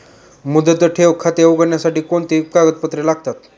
मुदत ठेव खाते उघडण्यासाठी कोणती कागदपत्रे लागतील?